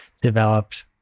developed